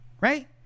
Right